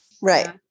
Right